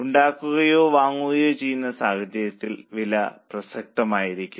ഉണ്ടാക്കുകയോ വാങ്ങുകയോ ചെയ്യുന്ന സാഹചര്യത്തിൽ വില പ്രസക്തമായിരിക്കും